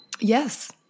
Yes